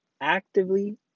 actively